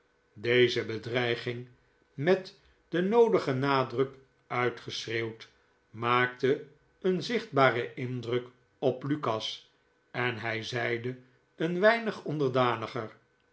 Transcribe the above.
deze bedreiging met den noodigen nadruk uitgeschreeuwd maakte een zichtbaren indruk op lukas en hij zeide een weinig onderdaniger